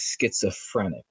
schizophrenic